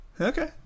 Okay